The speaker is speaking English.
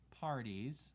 parties